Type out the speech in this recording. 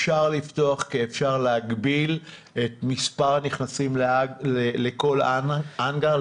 אפשר לפתוח כי אפשר להגביל את מספר הנכנסים לכל האנגר,